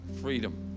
freedom